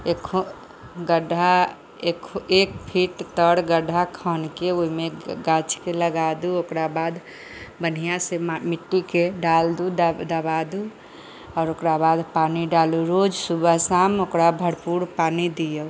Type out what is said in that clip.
एक गड्ढा एक फीट तर गड्ढा खन के ओहिमे गाछ के लगा दू ओकरा बाद बढ़िऑं से मिट्टी के डाल दू दबा दू आओर ओकरा बाद पानि डालू रोज सुबह शाम ओकरा भरपूर पानि दिऔ